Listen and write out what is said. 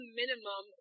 minimum